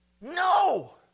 No